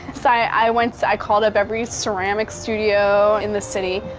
so i, i once, i called up every ceramic studio in the city.